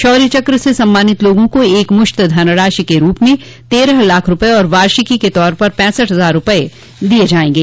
शौर्य चक्र से सम्मानित लोगों को एकमुश्त धनराशि के रूप में तेरह लाख रूपये और वार्षिकी के तौर पर पैंसठ हजार रूपये दिये जायेंगे